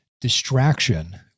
distraction